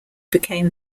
became